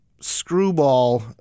screwball